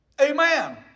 Amen